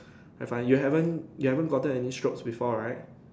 have I you haven't you haven't gotten any strokes before right